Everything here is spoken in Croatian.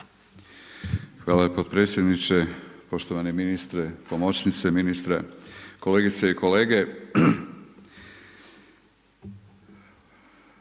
Hvala potpredsjedniče, poštovani ministre, pomoćnici ministra, kolegice i kolege.